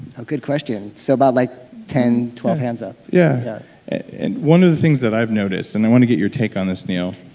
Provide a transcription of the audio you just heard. oh, good question. so about like ten, twelve hands up yeah yeah one of the things that i've noticed, and i want to get your take on this neil,